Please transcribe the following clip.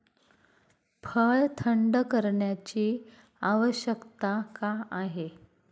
फळ थंड करण्याची आवश्यकता का आहे?